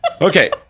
Okay